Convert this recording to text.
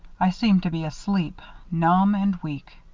i seemed to be asleep numb and weak.